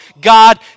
God